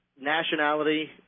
nationality